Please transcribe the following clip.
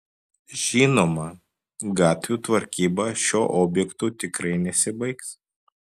žinoma gatvių tvarkyba šiuo objektu tikrai nesibaigs